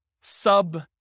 sub